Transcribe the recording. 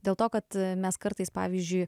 dėl to kad mes kartais pavyzdžiui